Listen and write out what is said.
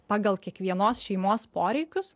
pagal kiekvienos šeimos poreikius